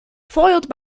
foiled